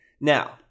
Now